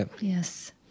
Yes